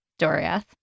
Doriath